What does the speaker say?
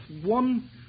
one